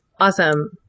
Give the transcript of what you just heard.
Awesome